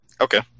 Okay